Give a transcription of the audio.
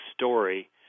story